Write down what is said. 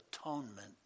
atonement